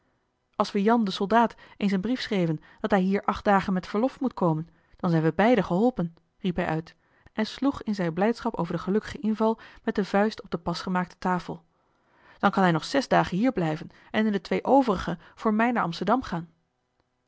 als we jan den soldaat eens een brief schreven dat hij hier acht dagen met verlof moet komen dan zijn we beiden geholpen riep hij uit en sloeg in zijne blijdschap over den gelukkigen inval met de vuist op de pas gemaakte tafel dan kan hij nog zes dagen hier blijven en in de twee overige voor mij naar amsterdam gaan